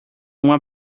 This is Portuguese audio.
uma